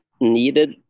needed